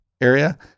area